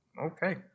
Okay